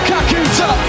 Kakuta